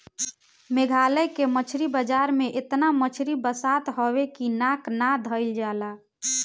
मेघालय के मछरी बाजार में एतना मछरी बसात हवे की नाक ना धइल जाला